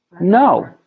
No